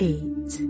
Eight